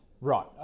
Right